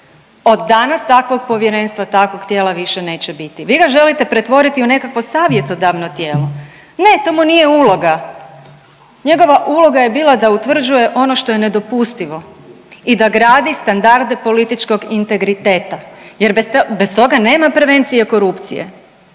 Od danas takvog Povjerenstva, takvog tijela više neće biti. Vi ga želite pretvoriti u nekakvo savjetodavno tijelo. Ne, to mu nije uloga. Njegova uloga je bila da utvrđuje ono što je nedopustivo i da gradi standarde političkog integriteta, jer bez toga nema prevencije korupcije.